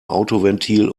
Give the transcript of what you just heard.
autoventil